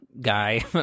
guy